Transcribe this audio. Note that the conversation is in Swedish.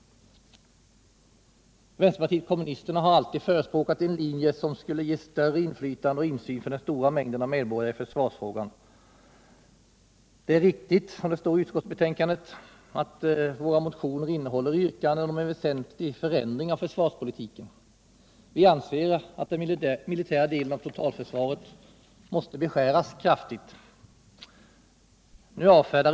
Vpk har alltid förespråkat en linje som skulle ge större inflytande och insyn för den stora mängden av medborgare i försvarsfrågan. Det är riktigt som det står i utskottsbetänkandet, att våra motioner innehåller yrkanden om en väsentlig förändring av försvarspolitiken. Vi anser att den militära delen av totalförsvaret måste beskäras kraftigt.